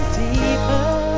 deeper